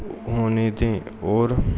होने दें और